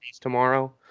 tomorrow